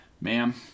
Ma'am